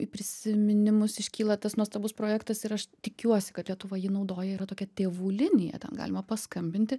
į prisiminimus iškyla tas nuostabus projektas ir aš tikiuosi kad lietuva jį naudoja yra tokia tėvų linija ten galima paskambinti